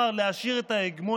אתה חצית את הקווים,